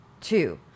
Two